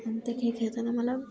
आणि ते खेळ खेळताना मला